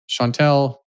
Chantel